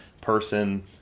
person